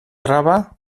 traba